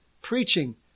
preaching